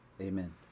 amen